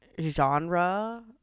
genre